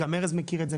גם ארז מכיר את זה,